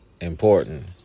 important